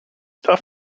tough